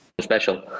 special